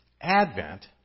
Advent